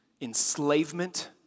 enslavement